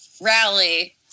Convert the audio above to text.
rally